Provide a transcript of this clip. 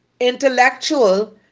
intellectual